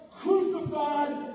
crucified